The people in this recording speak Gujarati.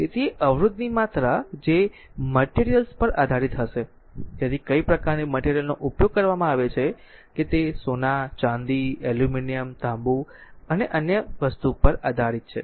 તેથી અવરોધની માત્રા જે મટેરિયલ પર આધારિત હશે તેથી કઈ પ્રકારની મટેરિયલ નો ઉપયોગ કરવામાં આવે છે કે તે સોના ચાંદી એલ્યુમિનિયમ તાંબુ અને અન્ય વસ્તુ પર આધારિત છે